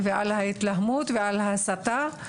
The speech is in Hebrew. על ההתלהמות ועל ההסתה.